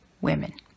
women